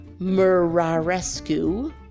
Murarescu